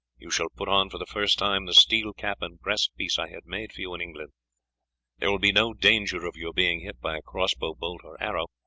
you shall put on for the first time the steel cap and breastpiece i had made for you in england there will be no danger of your being hit by crossbow bolt or arrow,